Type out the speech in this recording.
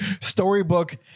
storybook